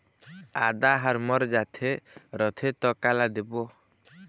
आदा हर मर जाथे रथे त काला देबो?